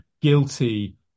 guilty